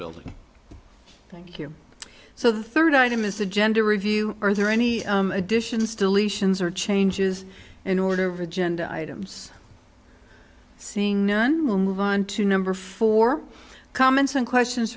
building thank you so the third item is agenda review are there any additions deletions or changes in order of agenda items seeing none will move on to number four comments and questions